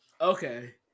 Okay